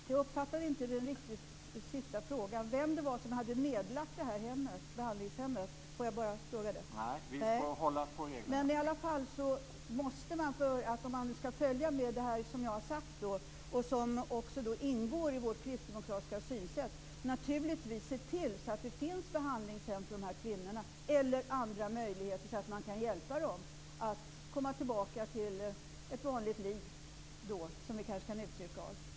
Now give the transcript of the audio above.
Herr talman! Jag uppfattade inte riktigt om den sista frågan gällde vem som har nedlagt behandlingshemmet. Om man skall följa det som jag har sagt och som också ingår i vårt kristdemokratiska synsätt måste man naturligtvis se till att det finns behandlingshem för de här kvinnorna eller andra möjligheter så att man kan hjälpa dem att komma tillbaka till ett vanligt liv, som vi kanske kan uttrycka det.